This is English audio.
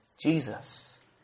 Jesus